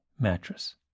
Mattress